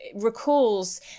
recalls